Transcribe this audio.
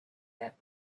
that